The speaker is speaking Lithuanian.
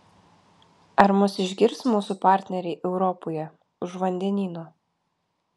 ar mus išgirs mūsų partneriai europoje už vandenyno